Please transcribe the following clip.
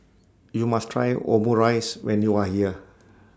YOU must Try Omurice when YOU Are here